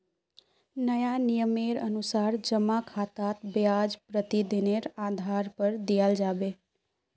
नया नियमेर अनुसार जमा खातात ब्याज प्रतिदिनेर आधार पर दियाल जाबे